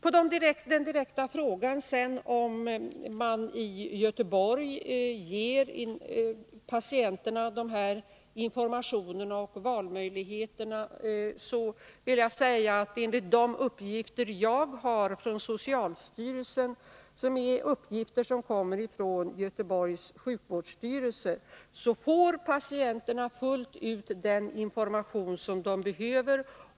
På den direkta frågan om man i Göteborg ger patienterna de här informationerna och valmöjligheterna vill jag svara att enligt de uppgifter jag har från socialstyrelsen — uppgifter som kommer från Göteborgs sjukvårdsstyrelse — får patienterna fullt ut den information som de behöver.